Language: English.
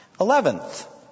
Eleventh